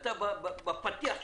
אתה בפתיח שלך,